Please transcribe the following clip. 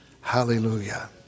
Hallelujah